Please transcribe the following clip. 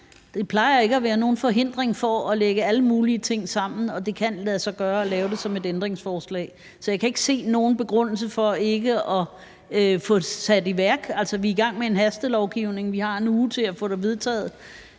Det plejer ikke at være nogen forhindring for at lægge alle mulige ting sammen – og det kan lade sig gøre at lave det som et ændringsforslag. Så jeg kan ikke se nogen begrundelse for ikke at få det sat i værk. Altså, vi er i gang med en hastelovgivning, og vi har en uge til at få det vedtaget